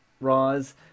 Roz